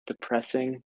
depressing